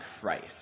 Christ